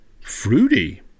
Fruity